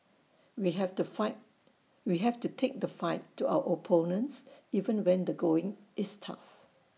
we have to fight we have to take the fight to our opponents even when the going is tough